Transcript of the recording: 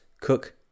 cook